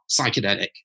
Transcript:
psychedelic